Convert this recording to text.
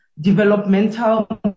developmental